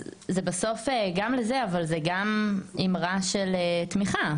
בסוף גם זה אבל זה גם אימרה של תמיכה.